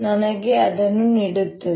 ನನಗೆ ಅದನ್ನು ನೀಡುತ್ತದೆ